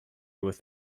with